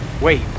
Wait